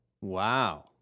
Wow